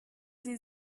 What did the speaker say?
sie